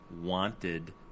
wanted